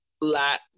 lat